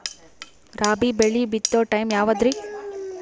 ರಾಬಿ ಬೆಳಿ ಬಿತ್ತೋ ಟೈಮ್ ಯಾವದ್ರಿ?